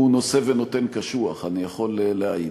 הוא נושא ונותן קשוח, אני יכול להעיד.